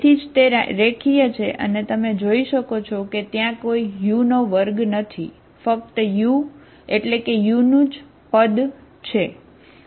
તેથી જ તે રેખીય છે અને તમે જોઈ શકો છો કે ત્યાં કોઈ u2 નથી ફક્ત u એટલે કે u નું જ પદ છે બરાબર